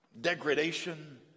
degradation